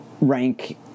rank